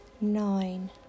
nine